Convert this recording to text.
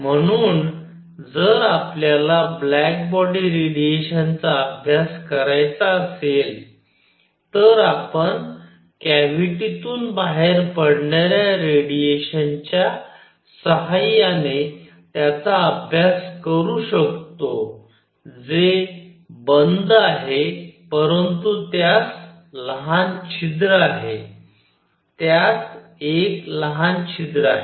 म्हणून जर आपल्याला ब्लॅक बॉडी रेडिएशनचा अभ्यास करायचा असेल तर आपण कॅव्हिटीतून बाहेर पडणाऱ्या रेडिएशनच्या सहाय्याने त्याचा अभ्यास करू शकतो जे बंद आहे परंतु त्यास लहान छिद्र आहे त्यात एक लहान छिद्र आहे